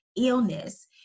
illness